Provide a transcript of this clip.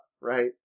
right